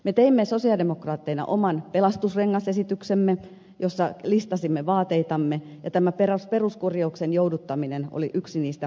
me teimme sosialidemokraatteina oman pelastusrengasesityksemme jossa listasimme vaateitamme ja tämä peruskorjauksen jouduttaminen oli yksi niistä keskeisistä